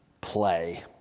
play